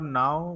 now